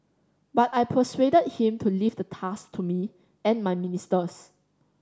but I persuaded him to leave the task to me and my ministers